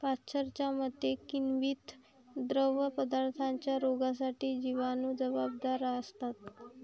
पाश्चरच्या मते, किण्वित द्रवपदार्थांच्या रोगांसाठी जिवाणू जबाबदार असतात